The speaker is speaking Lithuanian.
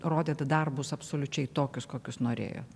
rodėt darbus absoliučiai tokius kokius norėjot